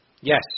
Yes